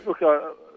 look